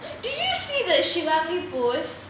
did you see the shivangi post